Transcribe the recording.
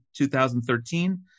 2013